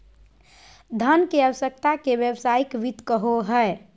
धन के आवश्यकता के व्यावसायिक वित्त कहो हइ